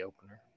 Opener